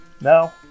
Now